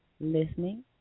listening